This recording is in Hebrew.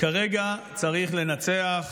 כרגע צריך לנצח,